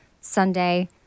Sunday